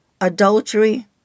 adultery